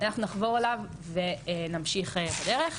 אנחנו נחבור אליו ונמשיך בדרך.